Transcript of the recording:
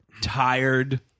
Tired